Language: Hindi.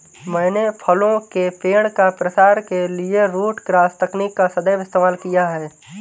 मैंने फलों के पेड़ का प्रसार के लिए रूट क्रॉस तकनीक का सदैव इस्तेमाल किया है